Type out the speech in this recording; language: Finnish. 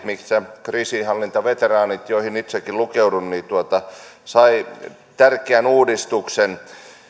missä kriisinhallintaveteraanit joihin itsekin lukeudun saivat tärkeän uudistuksen